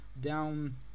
down